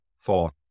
thought